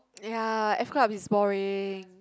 ya F club is boring